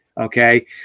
okay